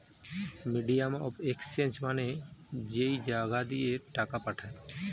medium of exchange মানে যেই জাগা দিয়ে টাকা পাঠায়